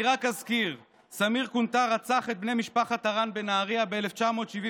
אני רק אזכיר: סמיר קונטאר רצח את בני משפחת הרן בנהריה ב-1979.